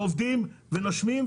עובדים ונושמים.